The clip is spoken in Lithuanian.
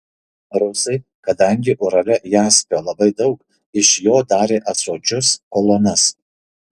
rusai kadangi urale jaspio labai daug iš jo darė ąsočius kolonas